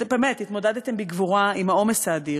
התמודדתם בגבורה עם העומס האדיר,